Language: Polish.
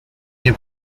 nie